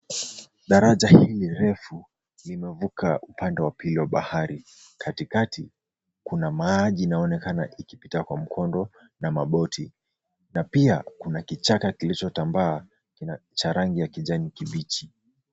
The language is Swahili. Daraja hili refu limevuka upande wa pili wa bahari. Katikati kuna maji inayoonekana ikipita kwa mkondo na maboti na pia kuna kichaka kilichotambaa cha rangi ya kijani kibichi.